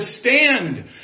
stand